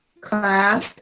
class